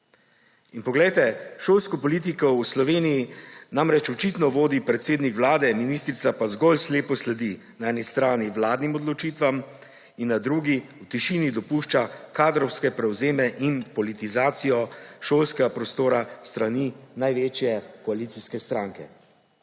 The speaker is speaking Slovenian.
drugačna. Šolsko politiko v Sloveniji namreč očitno vodi predsednik Vlade, ministrica pa zgolj slepo sledi na eni strani vladnim odločitvami in na drugi v tišini dopušča kadrovske prevzeme in politizacijo šolskega prostora s strani največje koalicijske stranke.